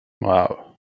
Wow